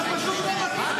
אתה קשקשן.